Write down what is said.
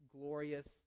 glorious